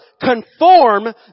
conform